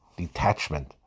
detachment